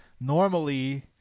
normally